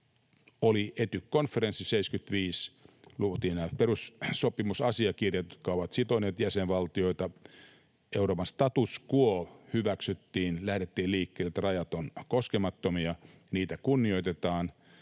oli Ety-konferenssi 75, luotiin nämä perussopimusasiakirjat, jotka ovat sitoneet jäsenvaltioita. Euroopan status quo hyväksyttiin. Lähdettiin liikkeelle siitä, että rajat ovat koskemattomia, niitä kunnioitetaan.